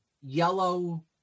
yellow